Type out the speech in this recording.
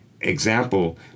example